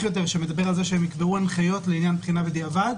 יותר שמדבר על זה שהם יקבעו הנחיות לעניין בחינה בדיעבד.